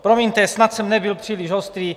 Promiňte, snad jsem nebyl příliš ostrý.